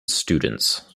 students